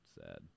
sad